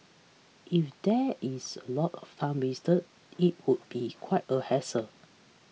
if there is a lot of time wasted it would be quite a hassle